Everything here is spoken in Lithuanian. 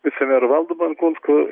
vicemeru valdu benkunsku